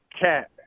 cat